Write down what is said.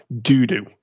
doo-doo